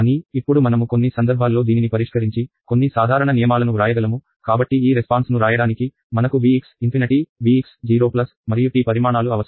కానీ ఇప్పుడు మనము కొన్ని సందర్భాల్లో దీనిని పరిష్కరించి కొన్ని సాధారణ నియమాలను వ్రాయగలము కాబట్టి ఈ రెస్పాన్స్ ను రాయడానికి మనకు Vx ∞ V x 0 మరియు T పరిమాణాలు అవసరం